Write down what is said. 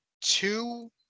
two